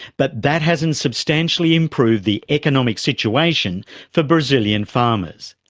but that hasn't substantially improved the economic situation for brazilian farmers.